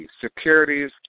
Securities